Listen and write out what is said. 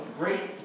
great